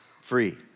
free